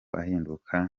ahinduka